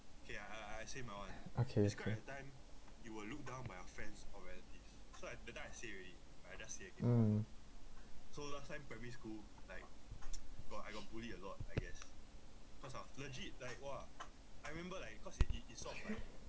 okay okay mm